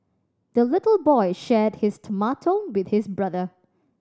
the little boy shared his tomato with his brother